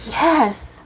yes.